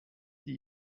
die